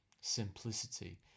simplicity